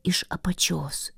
iš apačios